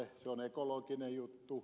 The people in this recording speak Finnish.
se on ekologinen juttu